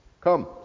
come